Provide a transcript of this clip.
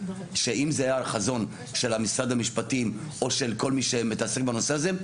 שאם זה היה חזון של משרד המשפטים או של כל מי שמתעסק בנושא הזה,